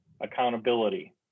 Accountability